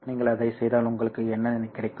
நீங்கள் அதைச் செய்தால் உங்களுக்கு என்ன கிடைக்கும்